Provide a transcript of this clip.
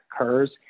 occurs